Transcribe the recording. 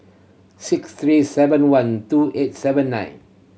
six three seven one two eight seven nine